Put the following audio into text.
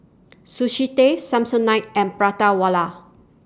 Sushi Tei Samsonite and Prata Wala